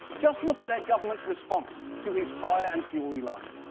just look at their government's response to his fire and fury line.